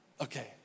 Okay